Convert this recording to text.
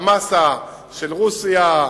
המאסה של רוסיה,